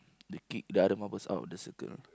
they kick the other marbles out of the circle know